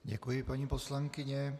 Děkuji, paní poslankyně.